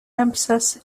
lampasas